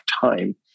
time